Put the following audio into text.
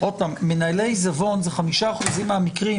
מנהלי עיזבון זה 5% מהמקרים.